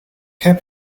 heb